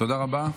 תודה רבה.